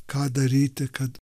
ką daryti kad